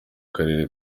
karere